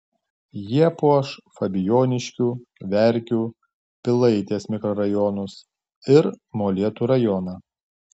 jie puoš fabijoniškių verkių pilaitės mikrorajonus ir molėtų rajoną